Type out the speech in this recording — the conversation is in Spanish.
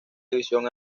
división